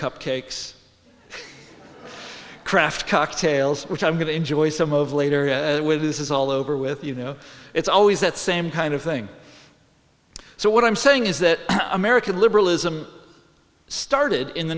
cupcakes craft cocktails which i'm going to enjoy some of later where this is all over with you know it's always that same kind of thing so what i'm saying is that american liberalism started in the